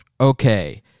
Okay